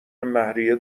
مهریه